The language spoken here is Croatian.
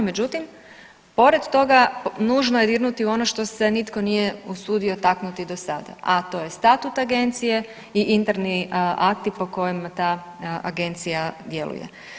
Međutim, pored toga nužno je dirnuti u ono što se nitko nije usudio taknuti do sada, a to je statut agencije i interni akti po kojima ta agencija djeluje.